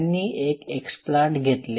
त्यांनी एक एक्सप्लांट घेतले